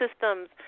systems